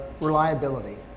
reliability